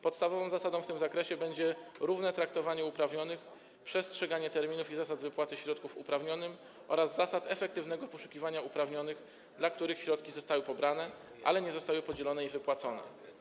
Podstawową zasadą w tym zakresie będzie równe traktowanie uprawnionych, przestrzeganie terminów i zasad wypłaty środków uprawnionym oraz zasad efektywnego poszukiwania uprawnionych, w przypadku których środki zostały pobrane, ale nie zostały podzielone i wypłacone.